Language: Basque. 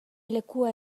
lekua